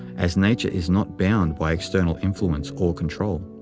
as nature is not bound by external influence or control.